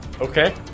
Okay